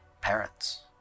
parents